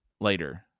later